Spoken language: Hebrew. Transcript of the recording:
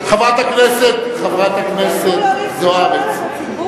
חברת הכנסת זוארץ.